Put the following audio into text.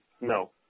no